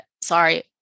Sorry